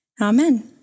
Amen